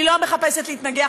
אני לא מחפשת להתנגח,